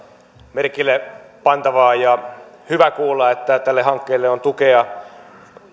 merkille pantavaa ja hyvä kuulla että tälle hankkeelle on tukea